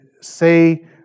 say